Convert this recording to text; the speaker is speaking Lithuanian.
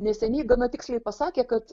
neseniai gana tiksliai pasakė kad